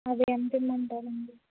అది ఎంతిమ్మంటారండి